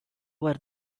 were